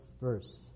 verse